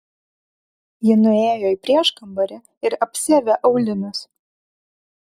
ji nuėjo į prieškambarį ir apsiavė aulinius